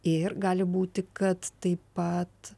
ir gali būti kad taip pat